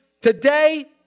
today